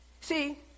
see